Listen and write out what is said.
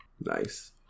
Nice